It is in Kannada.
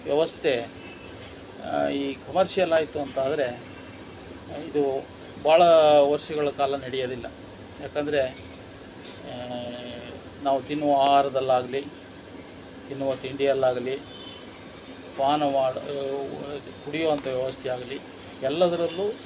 ವ್ಯವಸ್ಥೆ ಈ ಕಮರ್ಷಿಯಲ್ ಆಯಿತು ಅಂತ ಆದರೆ ಇದು ಭಾಳ ವರ್ಷಗಳ ಕಾಲ ನಡ್ಯೋದಿಲ್ಲ ಯಾಕಂದರೆ ನಾವು ತಿನ್ನುವ ಆಹಾರದಲ್ಲಾಗ್ಲಿ ತಿನ್ನುವ ತಿಂಡಿಯಲ್ಲಾಗಲಿ ಪಾನಮಾಡು ಕುಡಿಯುವಂಥ ವ್ಯವಸ್ಥೆಯಾಗಲಿ ಎಲ್ಲದರಲ್ಲೂ